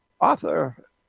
author